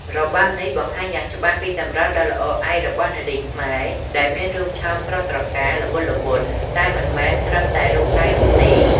របាំនេះបង្ហាញយ៉ាងច្បាស់ពីសម្រស់ដ៏ល្អឯករបស់នារីខ្មែរ ដែលមានរូបឆោមស្រស់ត្រកាល ល្វត់ល្វន់ តែមិនមែនត្រឹមតែរូបកាយនោះទេ។